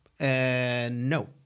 No